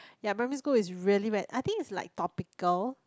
ya private school is really bad I think is like topical